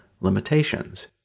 limitations